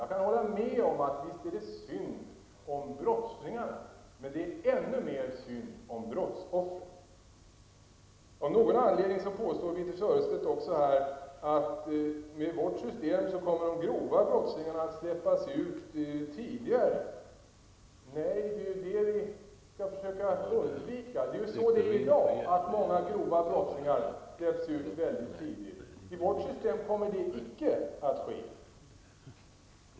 Jag kan hålla med om att visst är det synd om brottslingarna, men det är ännu mer synd om brottsoffren. Av någon anledning påstår Birthe Sörestedt också att med vårt system kommer de grova brottslingarna att släppas ut tidigare. Nej, det är det vi skall försöka undvika. Det är ju så i dag, att många grova brottslingar släpps ut väldigt tidigt. Med vårt system kommer det icke att ske.